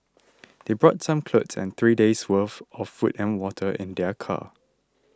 they brought some clothes and three days' worth of food and water in their car